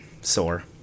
sore